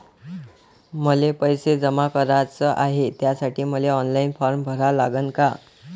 मले पैसे जमा कराच हाय, त्यासाठी मले ऑनलाईन फारम भरा लागन का?